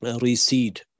recede